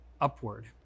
upward